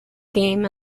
game